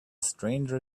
stranger